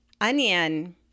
onion